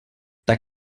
tak